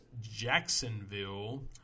Jacksonville